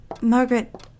Margaret